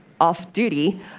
off-duty